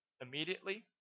immediately